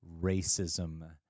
racism